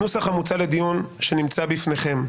הנוסח המוצע לדיון שנמצא בפניכם,